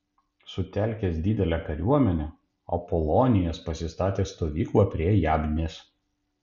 sutelkęs didelę kariuomenę apolonijas pasistatė stovyklą prie jabnės